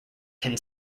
can